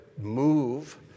move